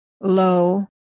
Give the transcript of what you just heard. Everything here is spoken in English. low